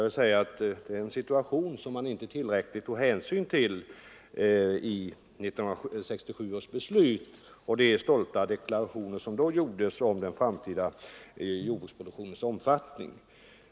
Det är en situation som man inte tillräckligt tog hänsyn till i 1967 års beslut och i de stolta deklarationer som då gjordes om den framtida jordbruksproduktionens omfattning.